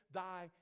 thy